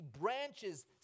branches